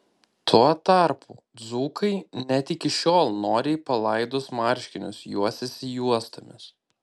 tuo tarpu dzūkai net iki šiol noriai palaidus marškinius juosiasi juostomis